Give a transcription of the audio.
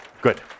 Good